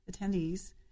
attendees